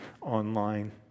online